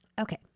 Okay